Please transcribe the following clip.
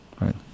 Right